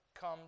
come